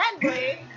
friendly